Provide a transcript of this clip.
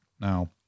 Now